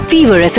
Fever